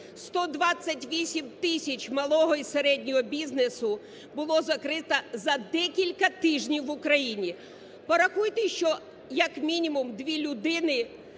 128 тисяч малого і середнього бізнесу було закрито за декілька тижнів в Україні. Порахуйте, що як мінімум дві людини